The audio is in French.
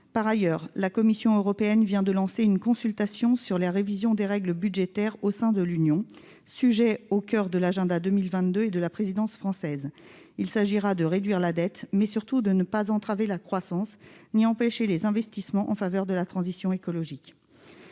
Par ailleurs, la Commission européenne vient de lancer une consultation sur la révision des règles budgétaires au sein de l'Union, sujet au coeur de la future présidence française en 2022. Il s'agira de réduire la dette, tout en évitant d'entraver la croissance et de ralentir les investissements en faveur de la transition écologique.